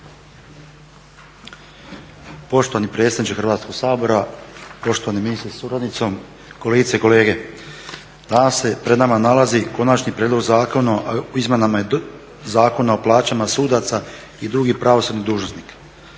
Poštovani predsjedniče Hrvatskog sabora, poštovani ministre sa suradnicom, kolegice i kolege. Danas se pred nama nalazi Konačni prijedlog zakona o izmjenama Zakona o plaćama sudaca i drugih pravosudnih dužnosnika.